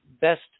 best